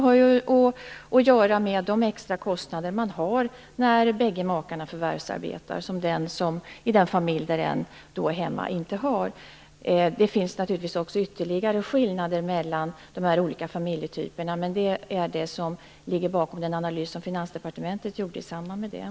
Här spelar in de extra kostnader som en familj där bägge makarna förvärvsarbetar har men som den familj där en är hemma inte har. Det finns naturligtvis också ytterligare skillnader mellan dessa familjetyper, men det var detta som låg bakom den analys som Finansdepartementet gjorde i detta sammanhang.